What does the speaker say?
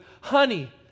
honey